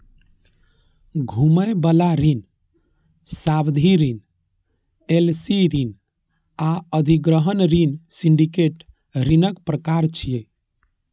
घुमै बला ऋण, सावधि ऋण, एल.सी ऋण आ अधिग्रहण ऋण सिंडिकेट ऋणक प्रकार छियै